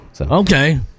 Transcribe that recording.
Okay